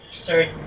Sorry